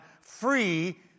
free